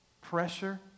pressure